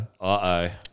Uh-oh